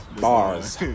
Bars